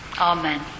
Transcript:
Amen